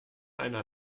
einer